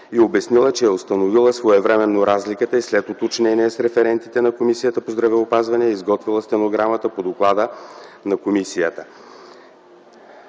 и обяснила, че е установила своевременно разликата и след уточнение с референтите от Комисията по здравеопазване е изготвила стенограмата по доклада на комисията.